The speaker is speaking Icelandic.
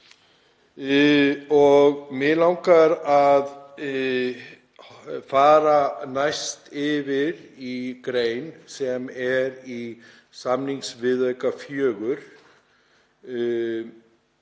Mig langar að fara næst yfir í grein sem er í samningsviðauka 4